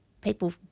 people